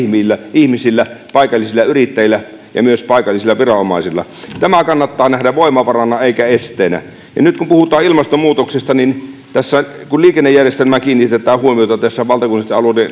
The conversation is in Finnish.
ihmisillä paikallisilla yrittäjillä ja myös paikallisilla viranomaisilla tämä kannattaa nähdä voimavarana eikä esteenä nyt kun puhutaan ilmastonmuutoksesta niin kun liikennejärjestelmään kiinnitetään huomiota tässä valtakunnallisten